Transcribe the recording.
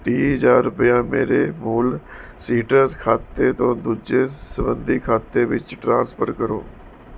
ਤੀਹ ਹਜ਼ਾਰ ਰੁਪਇਆ ਮੇਰੇ ਮੂਲ ਸੀਟਰਸ ਖਾਤੇ ਤੋਂ ਦੂਜੇ ਸੰਬੰਧੀ ਖਾਤੇ ਵਿੱਚ ਟ੍ਰਾਂਸਫਰ ਕਰੋ